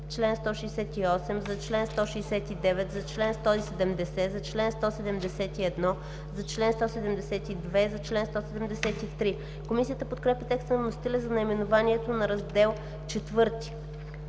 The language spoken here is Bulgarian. Комисията подкрепя текста на вносителя за наименованието на Раздел